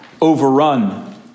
overrun